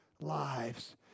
lives